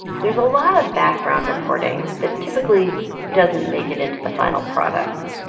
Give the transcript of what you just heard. there's a lot of background reporting that typically doesn't make it into the final product.